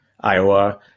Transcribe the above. Iowa